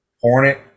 Hornet